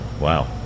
wow